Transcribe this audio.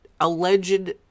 Alleged